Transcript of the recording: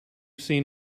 seen